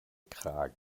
kragen